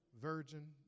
virgin